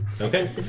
Okay